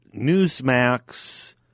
Newsmax